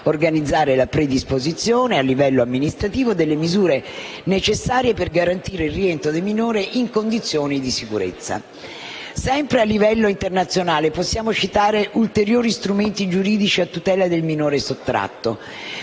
organizzare la predisposizione, a livello amministrativo, delle misure necessarie per garantire il rientro del minore in condizioni di sicurezza. Sempre a livello internazionale possiamo citare ulteriori strumenti giuridici a tutela del minore sottratto.